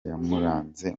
yamuranze